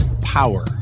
power